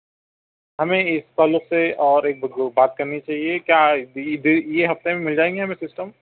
ہمیں اس تعلق سے اور ایک ضروری بات کرنی تھی کیا بھی یہ اس ہفتے میں مل جائیں گے یہ سسٹم